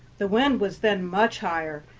the wind was then much higher,